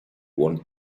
want